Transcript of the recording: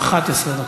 11 דקות.